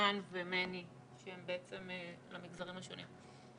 סוזן ומני, שהם בעצם למגזרים השונים.